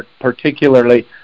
particularly